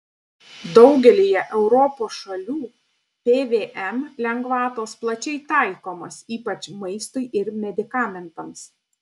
daugelyje europos šalių pvm lengvatos plačiai taikomos ypač maistui ir medikamentams